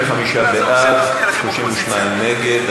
25 בעד, 32 נגד.